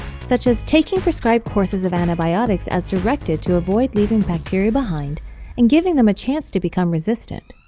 such as taking prescribed courses of antibiotics as directed to avoid leaving bacteria behind and giving them a chance to become resistant.